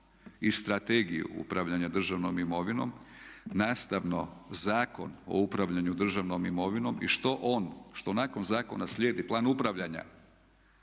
i Strategiju upravljanja državnom imovinom nastavno Zakon o upravljanju državnom imovinom i što on, što nakon zakona slijedi plan upravljanja